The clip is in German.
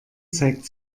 zeigt